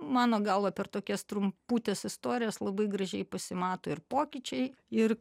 mano galva per tokias trumputes istorijas labai gražiai pasimato ir pokyčiai ir